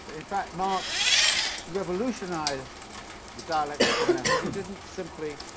in fact, marx revolutionized the dialectical method he didn't simply